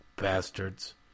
bastards